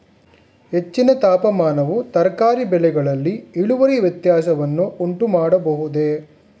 ಹೆಚ್ಚಿನ ತಾಪಮಾನವು ತರಕಾರಿ ಬೆಳೆಗಳಲ್ಲಿ ಇಳುವರಿ ವ್ಯತ್ಯಾಸವನ್ನು ಉಂಟುಮಾಡಬಹುದೇ?